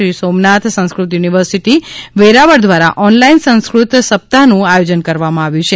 Shri Somnath Sanskrit university Veraval દ્વારા online Sanskrit સપ્તાહનું આયોજન કરવામાં આવ્યું છે